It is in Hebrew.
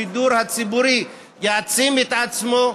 השידור הציבורי יעצים את עצמו,